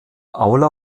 aula